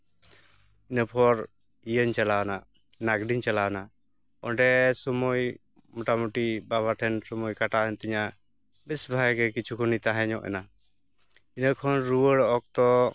ᱤᱱᱟᱹᱯᱚᱨ ᱤᱭᱟᱹᱧ ᱪᱟᱞᱟᱣᱱᱟ ᱱᱟᱜᱽᱰᱤᱧ ᱪᱟᱞᱟᱣᱱᱟ ᱚᱸᱰᱮ ᱥᱚᱢᱚᱭ ᱢᱚᱴᱟᱢᱩᱴᱤ ᱵᱟᱵᱟ ᱴᱷᱮᱱ ᱥᱚᱢᱚᱭ ᱠᱟᱴᱟᱣᱮᱱ ᱛᱤᱧᱟᱹ ᱵᱮᱥ ᱵᱷᱟᱜᱮ ᱜᱮ ᱠᱤᱪᱷᱩ ᱠᱷᱚᱱᱤᱧ ᱛᱟᱦᱮᱸ ᱧᱚᱜ ᱮᱱᱟ ᱤᱱᱟᱹ ᱠᱷᱚᱱ ᱨᱩᱣᱟᱹᱲ ᱚᱠᱛᱚ